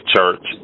Church